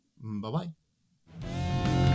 Bye-bye